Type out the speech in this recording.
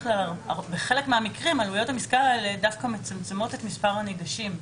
בחלק מהמקרים עלויות העסקה האלה דווקא מצמצמות את מספר הניגשים,